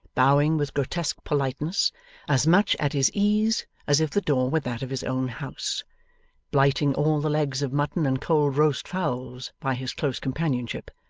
bowing with grotesque politeness as much at his ease as if the door were that of his own house blighting all the legs of mutton and cold roast fowls by his close companionship,